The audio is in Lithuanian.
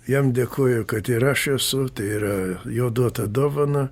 jam dėkoju kad ir aš esu tai yra jo duota dovana